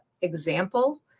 example